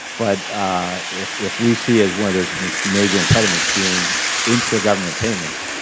but if if we see as one of those major impediments being intragovernment payments,